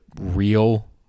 real